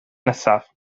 nesaf